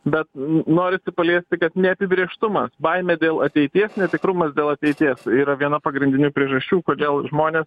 bet jei norisi paliesti kad neapibrėžtumas baimė dėl ateities netikrumas dėl ateities yra viena pagrindinių priežasčių kodėl žmonės